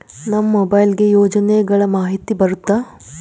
ನಮ್ ಮೊಬೈಲ್ ಗೆ ಯೋಜನೆ ಗಳಮಾಹಿತಿ ಬರುತ್ತ?